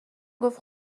گفت